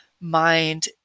mind